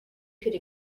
could